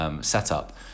setup